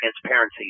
transparency